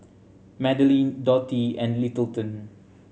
Madelyn Dottie and Littleton